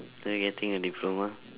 uh getting a diploma